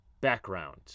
background